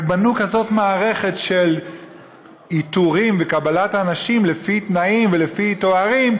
רק בנו כזאת מערכת של איתורים וקבלת אנשים לפי תנאים ולפי תארים,